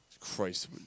Christ